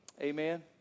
Amen